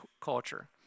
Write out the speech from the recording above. culture